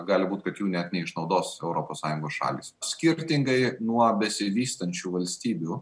gali būt kad jų net neišnaudos europos sąjungos šalys skirtingai nuo besivystančių valstybių